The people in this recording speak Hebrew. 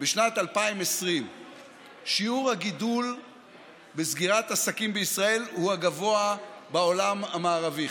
לשנת 2020. שיעור הגידול בסגירת עסקים בישראל הוא הגבוה בעולם המערבי,